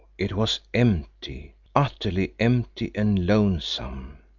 it was empty, utterly empty and lonesome.